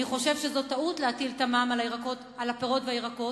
אני חושב שזאת טעות להטיל את המע"מ על הפירות והירקות.